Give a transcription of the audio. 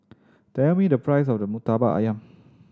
tell me the price of the Murtabak Ayam